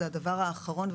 זה הדבר האחרון,